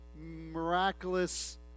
miraculous